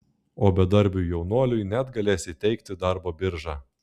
o bedarbiui jaunuoliui net galės įteikti darbo birža